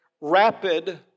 rapid